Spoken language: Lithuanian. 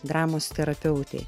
dramos terapeutei